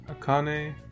akane